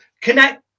connect